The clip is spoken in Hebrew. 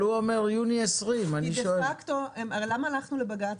הוא אומר יוני 2020. כי דה פקטו --- הרי למה הלכנו לבג"ץ?